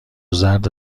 زرد